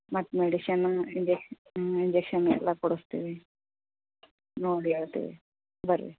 ಮತ್ತು ಮೆಡಿಶನ್ ಇಂಜೆಕ್ಷ್ ಇಂಜೆಕ್ಷನ್ ಎಲ್ಲ ಕೊಡಿಸ್ತೀವಿ ನೋಡಿ ಹೇಳ್ತಿವಿ ಬನ್ರಿ